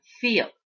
feel